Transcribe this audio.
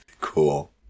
Cool